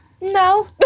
No